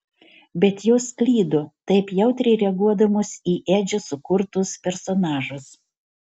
bet jos klydo taip jautriai reaguodamos į edžio sukurtus personažus